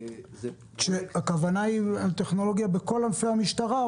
הכוונה היא לטכנולוגיה בכל ענפי המשטרה,